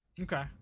Okay